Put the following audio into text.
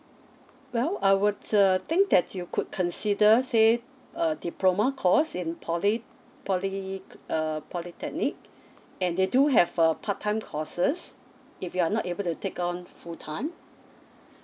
well I would think that you could consider say a diploma course in poly poly uh polytechnic and they do have err part time courses if you are not able to take on full time